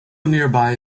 nearby